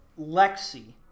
Lexi